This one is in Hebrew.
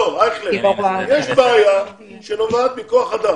אייכלר, יש בעיה שנובעת מכוח-אדם.